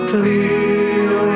Clear